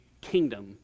kingdom